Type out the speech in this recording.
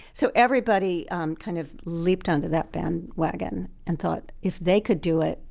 so everybody um kind of leapt onto that bandwagon and thought if they could do it,